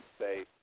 say